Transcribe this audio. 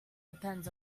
depends